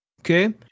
Okay